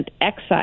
excise